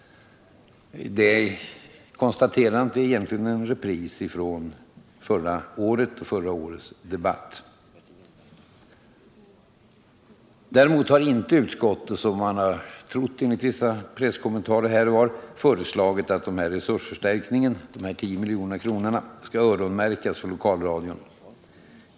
Det konstaterandet är en repris från förra året och debatten då. Däremot har inte utskottet, som man har trott i vissa presskommentarer här och var, föreslagit att resursförstärkningen på 10 milj.kr. skall öronmärkas för lokalradion.